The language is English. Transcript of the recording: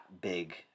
big